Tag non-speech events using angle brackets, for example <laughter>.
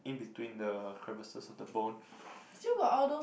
in between the crevices of the bone <breath>